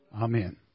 Amen